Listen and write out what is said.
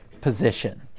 position